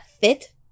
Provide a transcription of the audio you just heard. fit